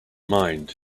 mind